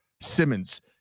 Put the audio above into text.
Simmons